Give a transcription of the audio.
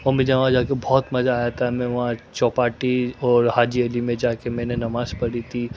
اور مجھے وہاں جا کے بہت مزہ آیا تھا میں وہاں چوپاٹی اور حاجی علی میں جا کے میں نے نماز پڑی تھی